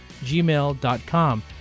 gmail.com